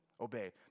obey